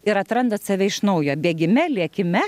ir atrandat save iš naujo bėgime lėkime